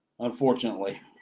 Unfortunately